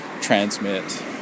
transmit